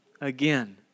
again